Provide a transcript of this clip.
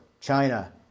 China